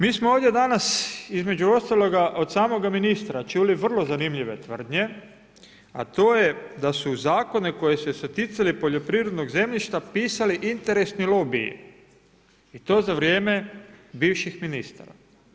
Mi smo ovdje danas između ostaloga od samoga ministra čuli vrlo zanimljive tvrdnje, a je da su u zakone koji su se ticali poljoprivrednog zemljišta pisali interesni lobiji i to za vrijeme bivših ministara.